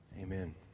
Amen